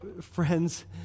friends